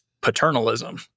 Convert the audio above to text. paternalism